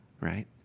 right